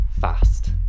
fast